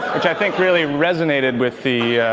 which, i think, really resonated with the